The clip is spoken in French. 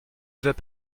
veut